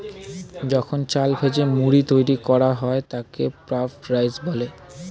যখন চাল ভেজে মুড়ি তৈরি করা হয় তাকে পাফড রাইস বলে